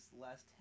last